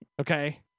Okay